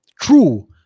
true